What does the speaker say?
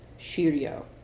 shiryo